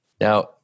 Now